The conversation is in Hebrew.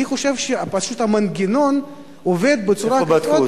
אני חושב שפשוט המנגנון עובד בצורה כזאת,